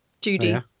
Judy